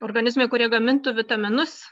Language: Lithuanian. organizmai kurie gamintų vitaminus